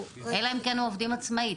אלא אם כן הם עובדים עצמאית,